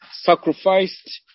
sacrificed